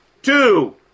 Two